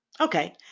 Okay